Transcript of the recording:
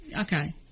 okay